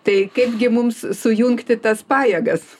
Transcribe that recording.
tai kaipgi mums sujungti tas pajėgas